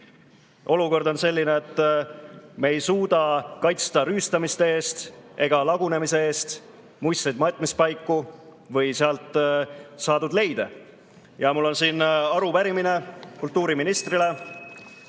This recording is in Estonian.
Olukord on selline, et me ei suuda kaitsta rüüstamiste eest ega lagunemise eest muistseid matmispaiku või sealt saadud leide. Mul on siin arupärimine kultuuriministrile,